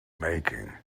making